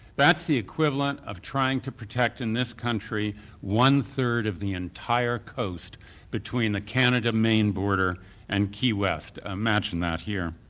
that's the equivalent of trying to protect in this country one-third of the entire coast between the canada main border and key west. imagine that here!